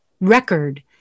record